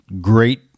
great